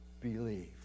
believe